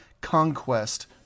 conquest